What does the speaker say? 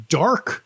dark